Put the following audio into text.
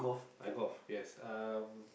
I golf yes um